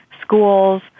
schools